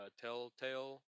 Telltale